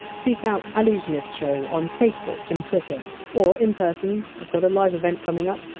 seek out allusionistshow on facebook and twitter or in person, i've got a live event coming up.